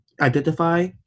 identify